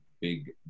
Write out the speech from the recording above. big